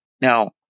Now